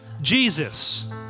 Jesus